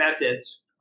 methods